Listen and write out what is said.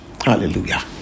hallelujah